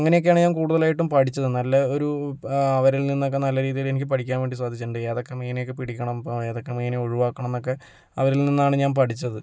അങ്ങനെയൊക്കെയാണ് ഞാൻ കൂടുതലായിട്ടും പഠിച്ചത് നല്ല ഒരു അവരിൽ നിന്നൊക്കെ നല്ല രീതിയില് എനിക്ക് പഠിക്കാൻ വേണ്ടി സാധിച്ചിട്ടുണ്ട് ഏതൊക്കെ മീനെ ഒക്കെ പിടിക്കണം ഏതക്കെ മീനേ ഒഴിവാക്കണം എന്നൊക്കെ അവരിൽ നിന്നാണ് ഞാൻ പഠിച്ചത്